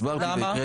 הסברתי והקראתי.